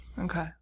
Okay